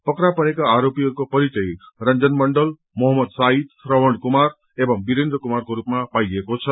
पक्रा परेका आरोपीहरूको परिचय रम्जन मण्डल मोहम्मद शाहिद श्रवण कुमार एवं वीरेन्द्र कुमारको रूपमा पाइएको छ